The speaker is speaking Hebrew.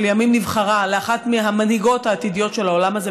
שלימים נבחרה לאחת המנהיגות העתידיות של העולם הזה,